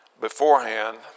Beforehand